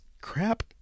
crap